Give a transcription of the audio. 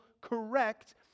correct